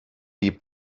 die